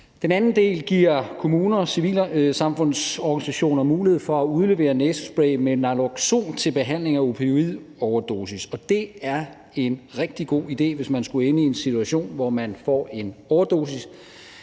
Den anden del giver kommuner og civilsamfundsorganisationer mulighed for at udlevere næsespray med naloxon til behandling af opioidoverdosis. Og det er en rigtig god idé, hvis man skulle ende i en situation, hvor man får en overdosis,